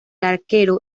arquero